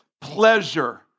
pleasure